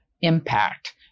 impact